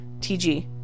tg